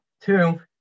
Two